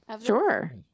Sure